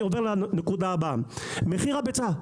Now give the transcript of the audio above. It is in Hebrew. אני עובר לנקודה הבאה: מחיר הביצה.